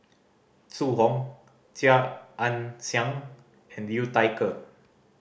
Zhu Hong Chia Ann Siang and Liu Thai Ker